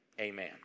Amen